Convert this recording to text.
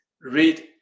read